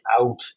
out